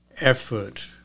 effort